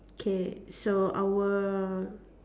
K so our